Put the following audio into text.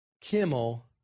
Kimmel